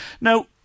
Now